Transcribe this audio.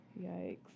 Yikes